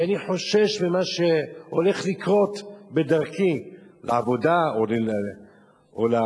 כי אני חושש ממה שהולך לקרות בדרכי לעבודה או לבית-הספר.